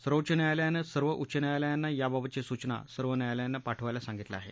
सर्वोच्च न्यायालयानं सर्व उच्च न्यायालयाना याबाबतची सूचना सर्व न्यायालयाना पाठवायला सांगितलं आहे